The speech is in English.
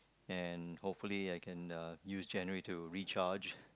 and hopefully I can uh use January to recharge